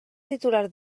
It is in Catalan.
titular